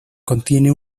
contiene